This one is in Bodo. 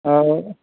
अ